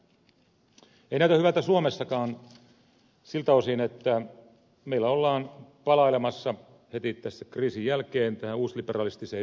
ei näytä hyvältä suomessakaan siltä osin että meillä ollaan palailemassa heti tässä kriisin jälkeen tähän uusliberalistiseen yksityistämiseen